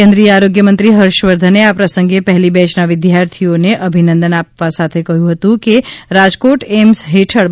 કેન્દ્રિય આરોગ્ય મંત્રી હર્ષવર્ધને આ પ્રસંગે પહેલી બેચ ના વિદ્યાર્થીઓએ ને અભિનંદન આપવા સાથે કહ્યું હતું કે રાજકોટ એઈમ્સ હેઠળ રૂ